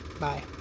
Bye